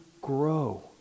grow